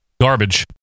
garbage